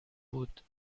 بود